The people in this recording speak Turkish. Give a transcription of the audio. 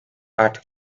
artık